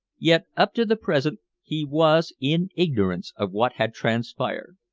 yet up to the present he was in ignorance of what had transpired.